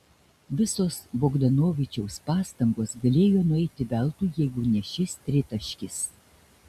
visos bogdanovičiaus pastangos galėjo nueiti veltui jeigu ne šis tritaškis